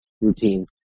routine